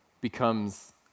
becomes